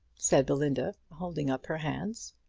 said belinda, holding up her hands.